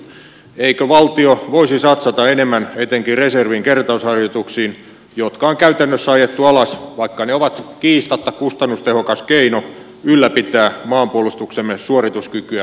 eikö valtio voisi satsata enemmän etenkin reservin kertausharjoituksiin jotka on käytännössä ajettu alas vaikka ne ovat kiistatta kustannustehokas keino ylläpitää maanpuolustuksemme suorituskykyä ja uskottavuutta